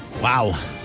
Wow